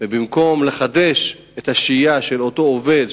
במקום לחדש את השהייה של אותו עובד,